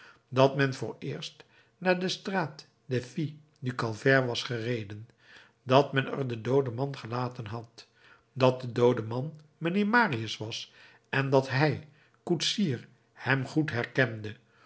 dat men vooreerst naar de straat des filles du calvaire was gereden dat men er den dooden man gelaten had dat de doode man mijnheer marius was en dat hij koetsier hem goed herkende